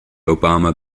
obama